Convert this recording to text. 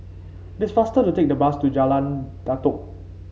this faster to take the bus to Jalan Datoh